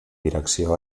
direcció